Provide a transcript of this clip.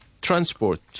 transport